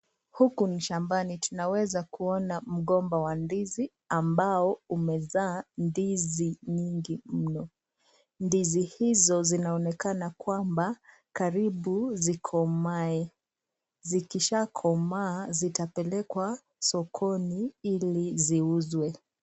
Huku ni shambani. Tunaweza kuona mgomba wa ndizi ambao umezaa ndizi nyingi mno. Ndizi hizo zinaonekana kwamba karibu zikomae. Zikishakomaa, zitapelekwa sokoni ili ziuzwe